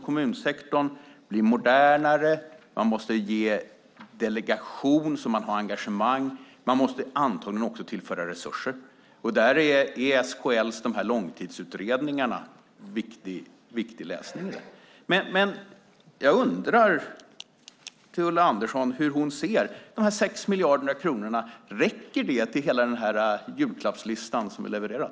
Kommunsektorn måste bli modernare, man måste ge delegation så att man har engagemang och man måste antagligen också tillföra resurser. Där är SKL:s långtidsutredningar viktig läsning. Ulla Andersson, räcker de 6 miljarderna till hela julklappslistan som ni levererar?